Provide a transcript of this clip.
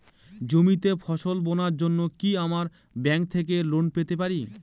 জমিতে ফসল বোনার জন্য কি আমরা ব্যঙ্ক থেকে লোন পেতে পারি?